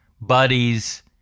buddies